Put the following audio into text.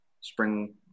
spring